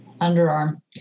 Underarm